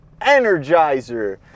Energizer